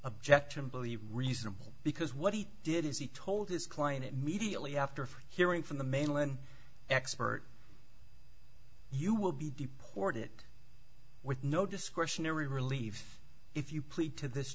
objectionable the reasonable because what he did is he told his client immediately after hearing from the mainland expert you will be deported with no discretionary relief if you plead to this